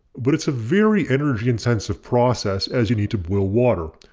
but it's a very energy intensive process as you need to boil water,